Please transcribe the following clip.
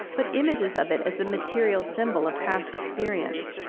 but images of it as a material symbol of past experience.